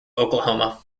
oklahoma